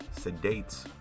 sedates